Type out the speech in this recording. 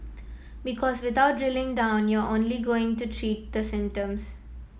because without drilling down you're only going to treat the symptoms